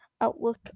outlook